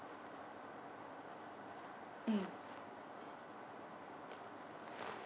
mm